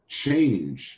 change